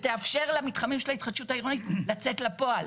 ותאפשר למתחמים של ההתחדשות העירונית לצאת לפועל.